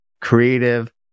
creative